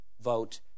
vote